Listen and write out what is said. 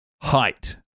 height